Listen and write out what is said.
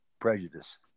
prejudice